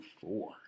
four